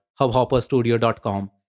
hubhopperstudio.com